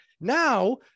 Now